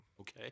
okay